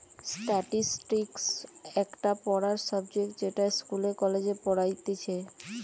statistics একটা পড়ার subject যেটা ইস্কুলে, কলেজে পড়াইতিছে